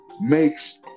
makes